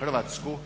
Hrvatsku